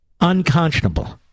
Unconscionable